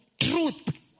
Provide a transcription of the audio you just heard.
truth